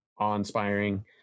awe-inspiring